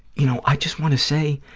you know, i just want to say,